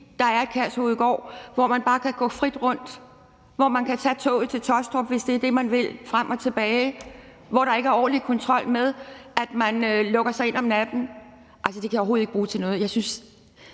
der er Kærshovedgård, hvor man bare kan gå frit rundt, hvor man kan tage toget til Taastrup og tilbage igen, hvis det er det, man vil, og hvor der ikke er ordentlig kontrol med, at man lukker sig ind om natten. Altså, det kan jeg overhovedet ikke bruge til noget.